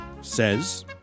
says